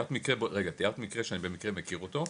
תיארת מקרה שאני גם במקרה מכיר אותו.